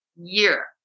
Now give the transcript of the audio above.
year